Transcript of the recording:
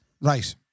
Right